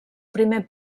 primer